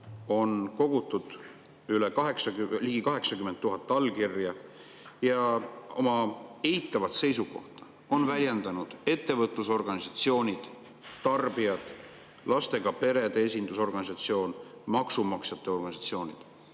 on kogutud ligi 80 000 allkirja ja oma eitavat seisukohta on väljendanud ettevõtlusorganisatsioonid, tarbijad, lastega perede esindusorganisatsioon, maksumaksjate organisatsioonid